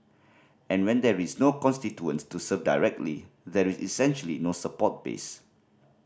and when there is no constituents to serve directly there is essentially no support base